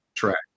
Track